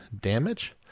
damage